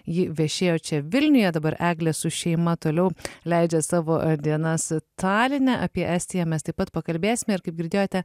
ji viešėjo čia vilniuje dabar eglė su šeima toliau leidžia savo dienas taline apie estiją mes taip pat pakalbėsime ir kaip girdėjote